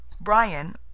Brian